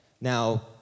Now